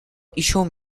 issue